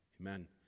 Amen